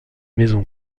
maison